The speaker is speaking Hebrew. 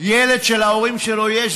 ילד שלהורים שלו יש,